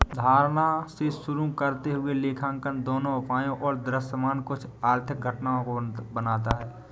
धारणा से शुरू करते हुए लेखांकन दोनों उपायों और दृश्यमान कुछ आर्थिक घटनाओं को बनाता है